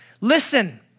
Listen